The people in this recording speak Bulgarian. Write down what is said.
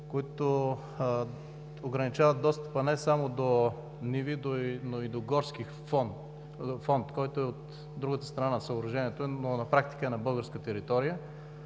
които ограничават достъпа не само до ниви, но и до горски фонд, който е от другата страна на съоръжението, но на практика на българска територия.